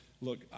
look